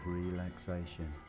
relaxation